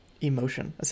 emotion